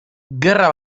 gerra